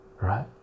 Right